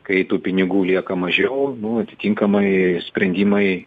kai tų pinigų lieka mažiau nu atitinkamai sprendimai